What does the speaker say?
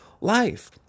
life